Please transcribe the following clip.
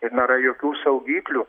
ir nėra jokių saugiklių